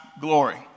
glory